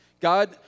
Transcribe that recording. God